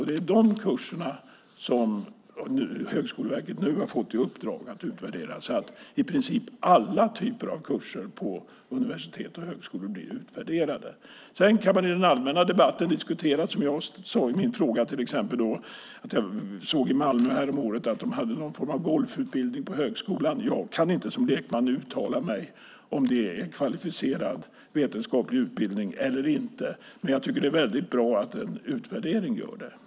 Det är dessa kurser som Högskoleverket har fått i uppdrag att utvärdera så att i princip alla kurser på universitet och högskolor blir utvärderade. Jag såg häromåret att man i Malmö har en golfutbildning på högskolan. Som lekman kan jag inte uttala mig om huruvida det är en kvalificerad utbildning eller inte. Men det är bra att en utvärdering gör det.